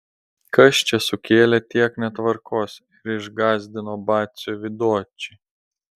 kas čia sukėlė tiek netvarkos ir išgąsdino batsiuvį dočį